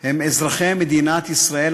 הם אזרחי מדינת ישראל,